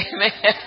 Amen